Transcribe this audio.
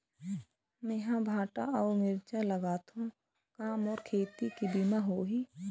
मेहर भांटा अऊ मिरचा लगाथो का मोर खेती के बीमा होही?